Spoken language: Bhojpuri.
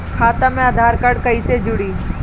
खाता मे आधार कार्ड कईसे जुड़ि?